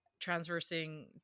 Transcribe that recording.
transversing